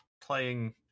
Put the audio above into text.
playing